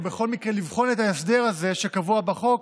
או בכל מקרה לבחון את ההסדר הזה שקבוע בחוק